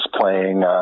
playing